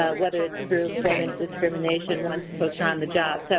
ah whether it's through employment discrimination once folks are on the job. so,